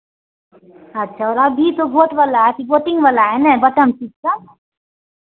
अच्छा और अभी तो वोट वाला अभी वोटिंग वाला है नय बटन सिस्टम